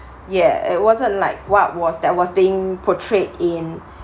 ya it wasn't like what was that was being portrayed in